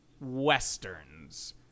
westerns